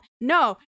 no